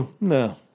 No